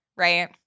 Right